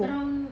around